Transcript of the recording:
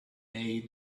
made